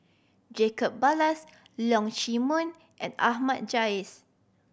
Jacob Ballas Leong Chee Mun and Ahmad Jais